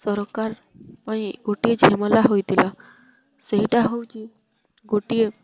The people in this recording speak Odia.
ସରକାର ପାଇଁ ଗୋଟିଏ ଝାମେଲା ହୋଇଥିଲା ସେଇଟା ହେଉଛି ଗୋଟିଏ